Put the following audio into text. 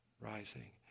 rising